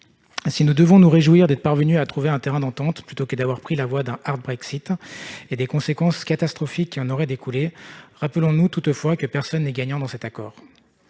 Si nous devons nous réjouir d'être parvenus à trouver un terrain d'entente plutôt que d'avoir pris la voie d'un et des conséquences catastrophiques qui en auraient découlé, rappelons-nous toutefois que personne n'est gagnant avec cet accord.